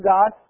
God